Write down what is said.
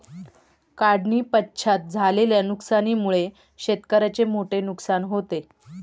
काढणीपश्चात झालेल्या नुकसानीमुळे शेतकऱ्याचे मोठे नुकसान होते